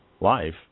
life